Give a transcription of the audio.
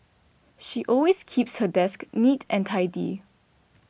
she always keeps her desk neat and tidy